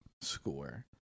score